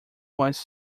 was